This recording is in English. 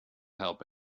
help